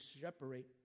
separate